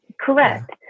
Correct